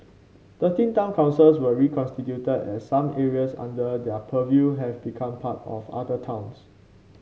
thirteen town councils were reconstituted as some areas under their purview have become part of other towns